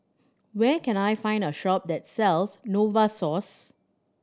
where can I find a shop that sells Novosource